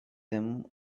them